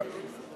אגיד לך